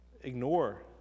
ignore